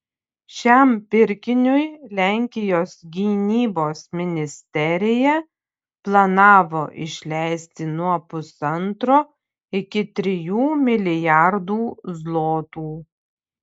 šiam pirkiniui lenkijos gynybos ministerija planavo išleisti nuo pusantro iki trijų milijardų zlotų